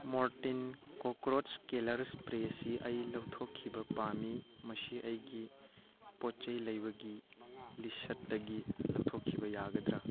Mortein ꯀ꯭ꯔꯣꯀꯣꯆ killer ꯏꯁꯄ꯭ꯔꯦꯁꯤ ꯑꯩ ꯂꯧꯊꯣꯛꯈꯤꯕ ꯄꯥꯝꯃꯤ ꯃꯁꯤ ꯑꯩꯒꯤ ꯄꯣꯠ ꯆꯩ ꯂꯩꯕꯒꯤ ꯂꯤꯁꯇꯒꯤ ꯂꯧꯊꯣꯛꯈꯤꯕ ꯌꯥꯒꯗ꯭ꯔꯥ